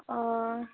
ᱚ